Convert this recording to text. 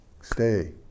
Stay